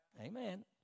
Amen